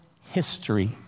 history